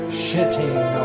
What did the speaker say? shitting